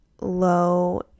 low